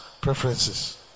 preferences